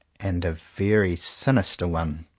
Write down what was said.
and a very sinister one.